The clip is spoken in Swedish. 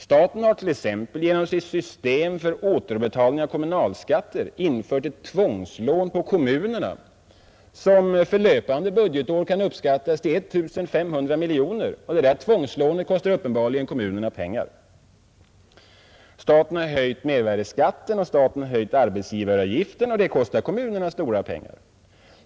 Staten har t.ex. genom sitt system för återbetalning av kommunalskatter infört ett tvångslån hos kommunerna, som för löpande budgetår kan uppskattas till 1 500 miljoner kronor, och detta tvångslån kostar uppenbarligen kommunerna pengar. Staten har vidare höjt mervärdeskatten och arbetsgivaravgiften, och detta kostar kommunerna stora pengar.